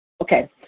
Okay